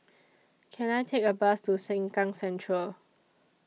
Can I Take A Bus to Sengkang Central